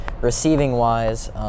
receiving-wise